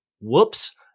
whoops